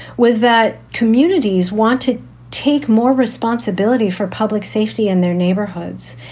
was that communities want to take more responsibility for public safety in their neighborhoods.